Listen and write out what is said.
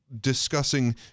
discussing